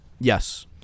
Yes